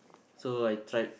so I tried